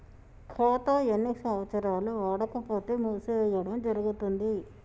ఖాతా ఎన్ని సంవత్సరాలు వాడకపోతే మూసివేయడం జరుగుతుంది?